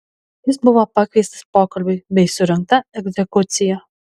jis buvo pakviestas pokalbiui bei surengta egzekucija